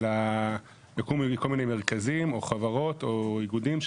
אלא יקומו כל מיני מרכזים או חברות או איגודים,